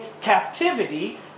captivity